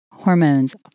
hormones